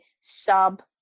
sub